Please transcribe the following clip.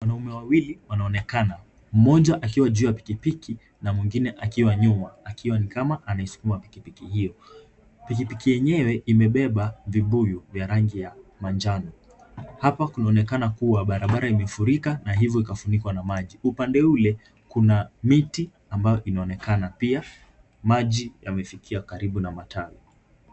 Wanaume wawili wanaonekana. Mmoja akiwa juu ya pikipiki na mwingine akiwa nyuma akiwa ni kama anaisukuma pikipiki hiyo. Pikipiki yenyewe imebeba vibuyu vya rangi ya manjano. Hapa kunaonekana kuwa barabara imefurika na hivyo ikafunikwa na maji. Upande ule kuna miti ambayo inaonekana pia maji yamefikia karibu na matawi.